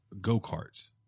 go-karts